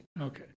Okay